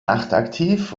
nachtaktiv